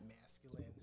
masculine